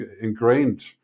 ingrained